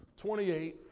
28